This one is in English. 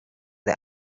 the